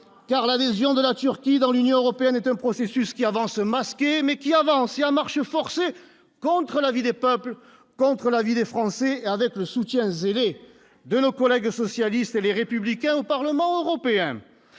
car l'adhésion de la Turquie dans l'Union européenne est un processus qui avance masqué mais qui a avancé à marche forcée, contre l'avis des peuples contre l'avis des Français avec le soutien zélé de nos collègues socialistes et les républicains au Parlement européen,